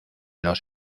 los